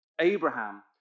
Abraham